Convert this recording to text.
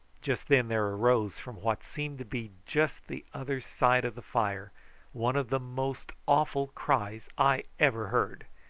just then there arose from what seemed to be just the other side of the fire one of the most awful cries i ever heard,